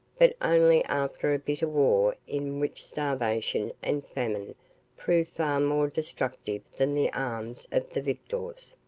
but only after a bitter war in which starvation and famine proved far more destructive than the arms of the victors.